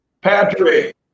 Patrick